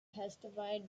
testified